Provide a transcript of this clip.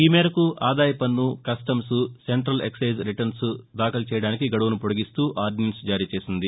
ఈ మేరకు ఆదాయ పన్ను కస్టమ్స్ సెంటల్ ఎక్షైజ్ రిటర్న్ దాఖలు చేయడానికి గడువును పొడిగిస్తూ నిన్న ఆర్దినెన్స్ జారీ చేసింది